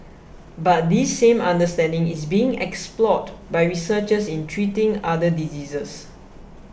but this same understanding is being explored by researchers in treating other diseases